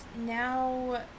now